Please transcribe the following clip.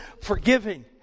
forgiving